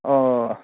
ꯑꯥ